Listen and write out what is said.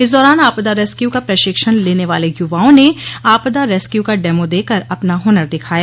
इस दौरान आपदा रेस्क्यू का प्रशिक्षण लेने वाले युवाओं ने आपदा रेस्क्यू का डेमो देकर अपना हुनर दिखाया